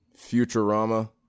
futurama